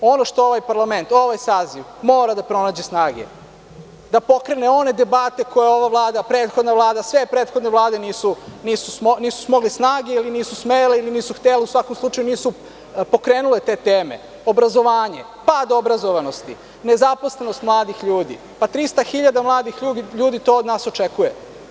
Ono što ovaj parlament, ovaj saziv mora da pronađe snage, da pokrene one debate koje je ova Vlada, prethodna vlada, sve prethodne vlade nisu smogle snage ili nisu smele ili nisu htele, u svakom slučaju, nisu pokrenule te teme: obrazovanje, pad obrazovanosti, nezaposlenost mladih ljudi, 300.000 mladih ljudi to od nas očekuje.